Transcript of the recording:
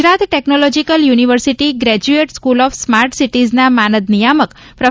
Gujarat technological university GTU graduate school of smart સિટીઝના માનદ્ નિયામક પ્રો